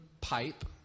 pipe